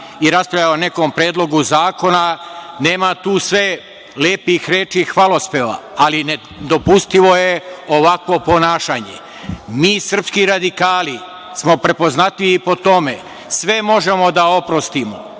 i raspravlja o nekom predlogu zakona da nema tu sve lepih reči i hvalospeva, ali nedopustivo je ovakvo ponašanje. Mi, srpski radikali, smo prepoznatljivi po tome – sve možemo da oprostimo,